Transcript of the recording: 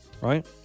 Right